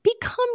become